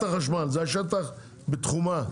החשמל, זה השטח בתחומה.